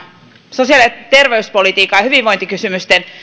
sosiaali ja terveyspolitiikan ja hyvinvointikysymysten